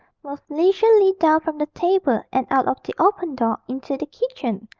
moved leisurely down from the table and out of the open door into the kitchen.